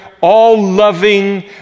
all-loving